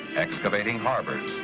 excavating harbors.